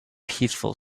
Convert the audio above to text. peaceful